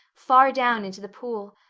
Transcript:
far down into the pool.